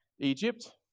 Egypt